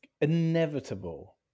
inevitable